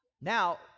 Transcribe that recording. Now